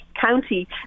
county